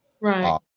right